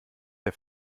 der